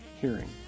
hearing